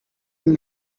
will